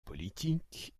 politique